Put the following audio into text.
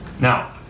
Now